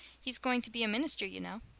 he is going to be a minister, you know.